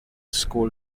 school